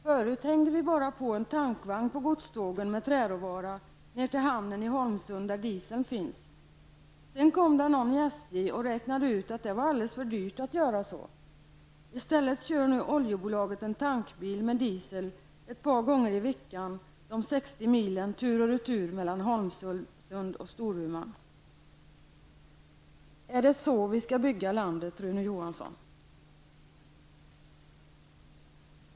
Förut hängde vi bara på en tankvagn på godstågen med träråvara ned till hamnen i Holmsund, där dieseln finns. Sedan kom det någon i SJ och räknade ut att det var alldeles för dyrt att göra så. I stället kör nu oljebolaget en tankbil med diesel ett par gånger i veckan de 60 milen tur och retur mellan Holmsund och Storuman. Är det så vi skall bygga landet, Rune Johansson?